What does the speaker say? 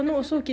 !huh!